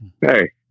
Hey